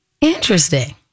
Interesting